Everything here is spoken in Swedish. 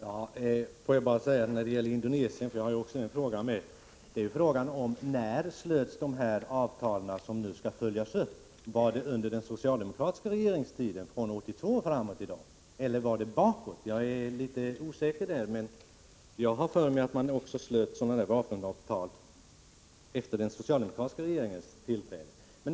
Herr talman! Får jag bara när det gäller Indonesien, som jag också tagit upp, fråga när de avtal som nu skall följas upp slöts. Har det skett under den socialdemokratiska regeringstiden sedan 1982 eller skedde det tidigare? Jag är litet osäker på den punkten, men jag vill minnas att man slöt sådana här vapenavtal också efter den socialdemokratiska regeringens tillträde.